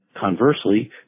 Conversely